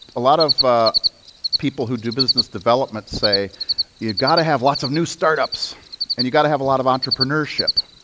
a lot of people who do business development say you got to have lots of new startups and you got to have a lot of entrepreneurship.